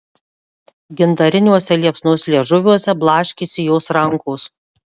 gintariniuose liepsnos liežuviuose blaškėsi jos rankos